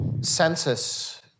census